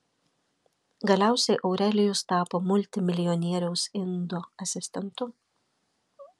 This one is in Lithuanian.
galiausiai aurelijus tapo multimilijonieriaus indo asistentu